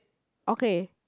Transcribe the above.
okay